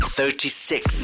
Thirty-six